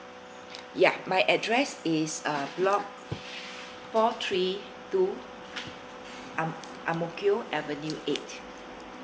ya my address is uh block four three two ang ang mo kio avenue eight